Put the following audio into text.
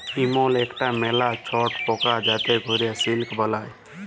ইমল ইকটা ম্যালা ছট পকা যাতে ক্যরে সিল্ক বালাই